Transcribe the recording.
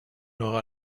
noch